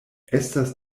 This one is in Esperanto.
estas